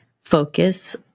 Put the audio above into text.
focus